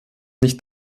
nicht